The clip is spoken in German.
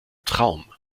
traum